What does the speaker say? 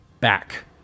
back